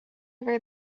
over